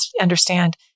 understand